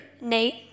Nate